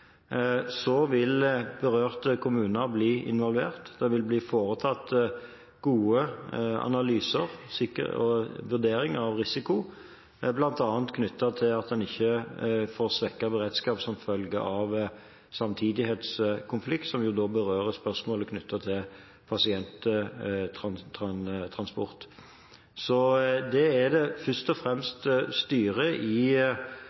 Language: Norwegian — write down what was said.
Så vil berørte kommuner bli involvert, og det vil bli foretatt gode analyser og vurderinger av risiko, bl.a. knyttet til at en ikke får svekket beredskap som følge av samtidighetskonflikt, som da berører spørsmålet knyttet til pasienttransport. Det er det først og fremst styret i